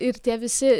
ir tie visi